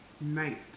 night